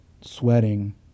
sweating